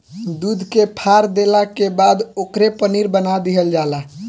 दूध के फार देला के बाद ओकरे पनीर बना दीहल जला